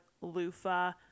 loofah